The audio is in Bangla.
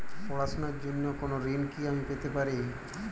পড়াশোনা র জন্য কোনো ঋণ কি আমি পেতে পারি?